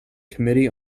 committee